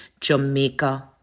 Jamaica